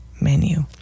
menu